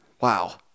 Wow